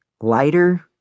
Lighter